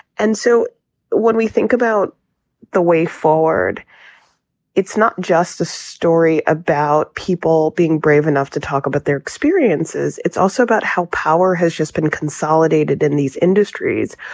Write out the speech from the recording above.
and so when we think about the way forward it's not just a story about people being brave enough to talk about their experiences. it's also about how power has just been consolidated in these industries.